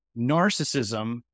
Narcissism